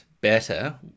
better